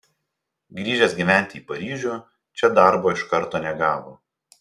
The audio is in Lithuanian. grįžęs gyventi į paryžių čia darbo iš karto negavo